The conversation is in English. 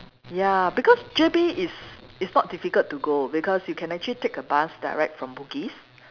ya because J_B is is not difficult to go because you can take actually take a bus direct from Bugis